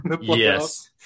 Yes